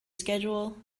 schedule